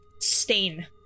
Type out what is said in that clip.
stain